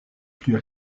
plus